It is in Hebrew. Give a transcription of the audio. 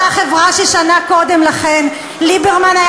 אותה חברה ששנה קודם לכן ליברמן היה